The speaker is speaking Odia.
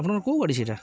ଆପଣଙ୍କର କେଉଁ ଗାଡ଼ି ସେଇଟା